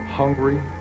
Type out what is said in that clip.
hungry